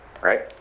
right